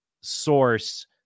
source